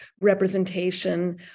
representation